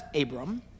Abram